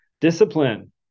discipline